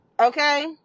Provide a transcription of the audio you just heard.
Okay